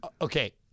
Okay